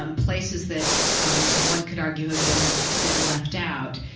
um places that one could argue have been been left out.